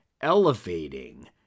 elevating